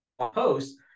Post